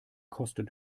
kosten